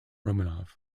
romanov